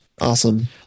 Awesome